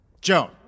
Joan